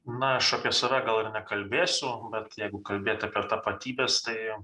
na aš apie save gal ir nekalbėsiu bet jeigu kalbėt apie tapatybės tai